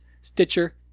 Stitcher